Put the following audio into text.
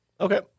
Okay